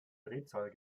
drehzahl